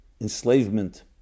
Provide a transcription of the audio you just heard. enslavement